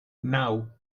naŭ